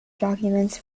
documents